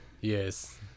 Yes